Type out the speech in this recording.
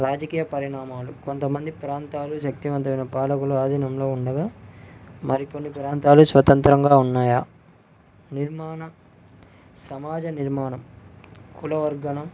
రాజకీయ పరిణామాలు కొంతమంది ప్రాంతాలు శక్తివంతమైన పాలకుల ఆధీనంలో ఉండగా మరికొన్ని ప్రాంతాలు స్వతంత్రంగా ఉన్నాయి నిర్మాణ సమాజ నిర్మాణం కులవర్గనం